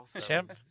chimp